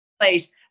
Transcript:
place